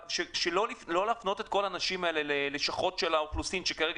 אבל לא להפנות את כל האנשים האלה לשלכות של האוכלוסין שכרגע